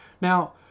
Now